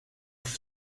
off